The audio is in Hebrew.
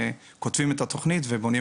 אנחנו כרגע בונים את התוכנית ומשקיעים